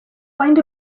find